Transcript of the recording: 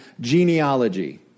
genealogy